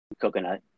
coconut